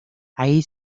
allí